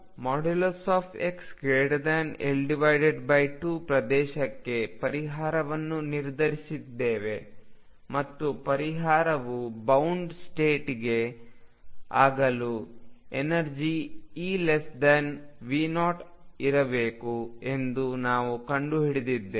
ಆದ್ದರಿಂದ ನಾವು xL2 ಪ್ರದೇಶಕ್ಕೆ ಪರಿಹಾರವನ್ನು ನಿರ್ಧರಿಸಿದ್ದೇವೆ ಮತ್ತು ಪರಿಹಾರವು ಬೌಂಡ್ ಸ್ಟೇಟ್ ಆಗಲು ಎನರ್ಜಿ EV0 ಇರಬೇಕು ಎಂದು ನಾವು ಕಂಡುಕೊಂಡಿದ್ದೇವೆ